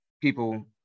people